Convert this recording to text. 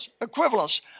equivalence